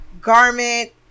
garment